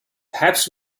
perhaps